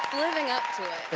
living up to it.